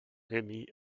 émis